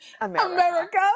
America